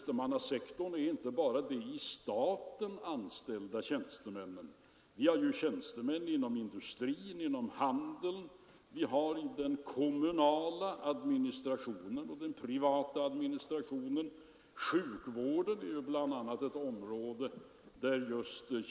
En bastant majoritet av riksdagens ledamöter står bakom dessa beslut.